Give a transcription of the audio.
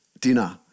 dinner